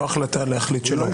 לא החלטה להחליט שלא.